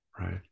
Right